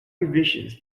revisions